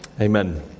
Amen